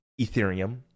Ethereum